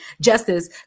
Justice